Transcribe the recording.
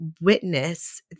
witness